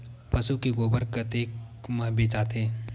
पशु के गोबर कतेक म बेचाथे?